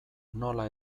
nola